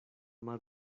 más